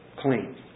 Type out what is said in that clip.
clean